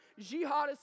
jihadist